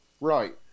right